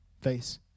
face